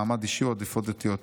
מעמד אישי או עדיפויות דתיות.